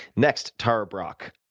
next, tara brach.